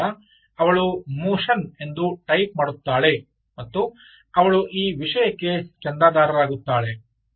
ಆದ್ದರಿಂದ ಅವಳು ಮೋಷನ್ ಎಂದು ಟೈಪ್ ಮಾಡುತ್ತಾಳೆ ಮತ್ತು ಅವಳು ಆ ವಿಷಯಕ್ಕೆ ಚಂದಾದಾರರಾಗುತ್ತಾಳೆ